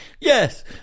Yes